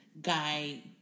guy